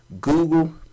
Google